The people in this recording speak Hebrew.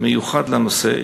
מיוחד לנושא.